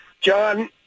John